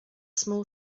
small